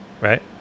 right